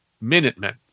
Minutemen